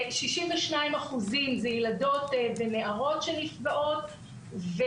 62% זה ילדות ונערות שנפגעות,